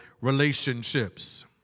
relationships